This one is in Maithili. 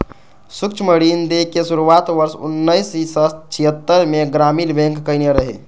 सूक्ष्म ऋण दै के शुरुआत वर्ष उन्नैस सय छिहत्तरि मे ग्रामीण बैंक कयने रहै